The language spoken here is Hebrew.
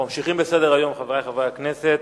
אנחנו ממשיכים בסדר-היום, חברי חברי הכנסת.